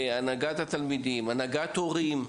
כמו הנהגת התלמידים וכמו הנהגת ההורים.